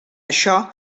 això